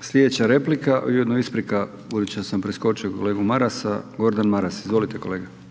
Slijedeća replika i ujedno isprika budući da sam preskočio kolegu Marasa, Gordan Maras. Izvolite kolega. **Maras, Gordan